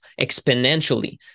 exponentially